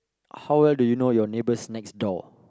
how well do you know your neighbours next door